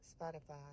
Spotify